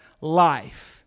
life